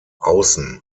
außen